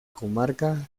comarca